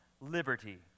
liberty